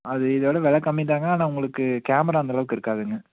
அது இதோடய வெலை கம்மிதாங்க ஆனால் உங்களுக்கு கேமரா அந்தளவுக்கு இருக்காதுங்க